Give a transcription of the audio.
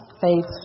faith